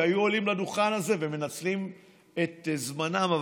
הם היו עולים לדוכן הזה ומנצלים את זמנם.